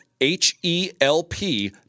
H-E-L-P